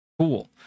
Cool